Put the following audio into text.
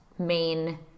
main